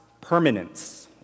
permanence